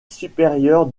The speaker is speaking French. supérieure